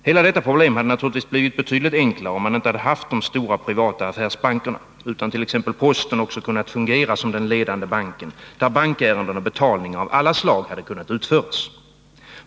Hela detta problem hade naturligtvis blivit betydligt enklare om man inte haft de stora privata affärsbankerna utan t.ex. posten också kunnat fungera som den ledande banken, där bankärenden och betalningar av alla slag kunnat utföras.